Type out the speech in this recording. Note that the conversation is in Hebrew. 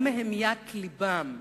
או מהמיית לבם,